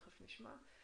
תכף נשמע,